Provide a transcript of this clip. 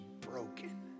broken